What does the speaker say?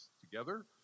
together